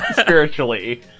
spiritually